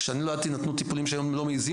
כשאני נולדתי נתנו טיפולים שהיום לא מעזים